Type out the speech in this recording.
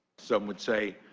some would say,